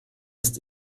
ist